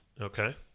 Okay